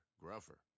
gruffer